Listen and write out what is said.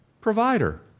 Provider